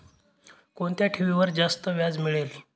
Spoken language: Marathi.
कोणत्या ठेवीवर जास्त व्याज मिळेल?